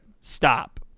Stop